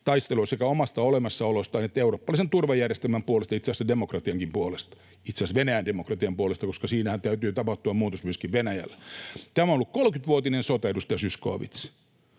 taistelua sekä omasta olemassaolostaan että eurooppalaisen turvajärjestelmän puolesta, itse asiassa demokratiankin puolesta — itse asiassa Venäjän demokratian puolesta, koska siinähän täytyy tapahtua muutos myöskin Venäjällä. Tämä on ollut 30-vuotinen sota, edustaja Zyskowicz: